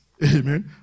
Amen